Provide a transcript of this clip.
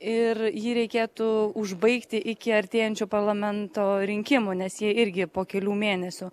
ir jį reikėtų užbaigti iki artėjančių parlamento rinkimų nes jie irgi po kelių mėnesių